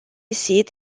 seat